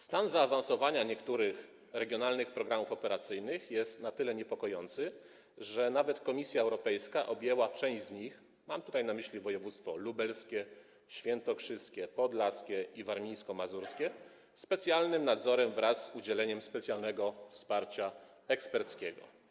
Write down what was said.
Stan zaawansowania niektórych regionalnych programów operacyjnych jest na tyle niepokojący, że nawet Komisja Europejska objęła część z nich - mam tu na myśli województwa lubelskie, świętokrzyskie, podlaskie i warmińsko-mazurskie - specjalnym nadzorem wraz z udzieleniem specjalnego wsparcia eksperckiego.